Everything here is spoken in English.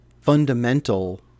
fundamental